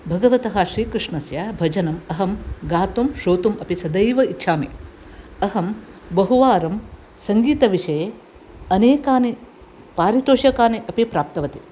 भगवतः श्रीकृष्णस्य भजनम् अहं गातुं श्रोतुम् अहं सदैव इच्छामि अहं बहु वारं सङ्गीतविषये अनेकानि पारितोषकानि अपि प्राप्तवती